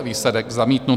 Výsledek: zamítnuto.